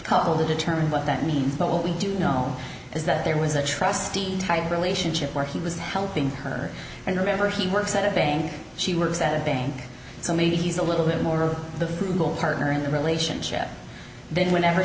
couple to determine what that means but what we do know is that there was a trustee type relationship where he was helping her and remember he works at a bank she works at a bank so maybe he's a little bit more of the frugal partner in the relationship then whenever